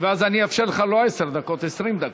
ואז אני אאפשר לך לא עשר דקות אלא 20 דקות.